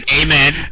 Amen